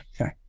okay